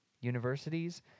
Universities